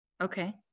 Okay